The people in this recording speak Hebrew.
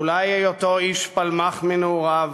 אולי היותו איש פלמ"ח מנעוריו?